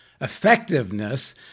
effectiveness